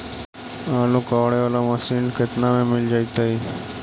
आलू कबाड़े बाला मशीन केतना में मिल जइतै?